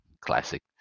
classic